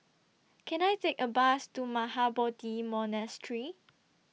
Can I Take A Bus to Mahabodhi Monastery